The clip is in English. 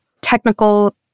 technical